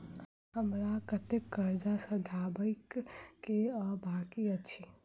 हमरा कतेक कर्जा सधाबई केँ आ बाकी अछि?